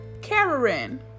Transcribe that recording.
Karen